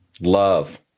Love